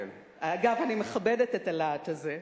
אגב, אני מכבדת את הלהט הזה,